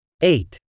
eight